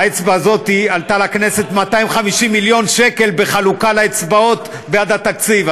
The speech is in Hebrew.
האצבע הזאת עלתה לכנסת 250 מיליון שקל בחלוקה לאצבעות בעד התקציב,